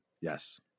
Yes